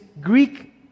Greek